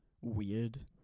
weird